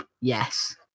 Yes